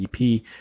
EP